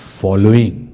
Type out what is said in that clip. following